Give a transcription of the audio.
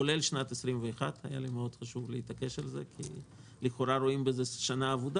כולל שנת 21. היה לי חשוב מאוד להתעקש על זה כי לכאורה רואים בה שנה אבודה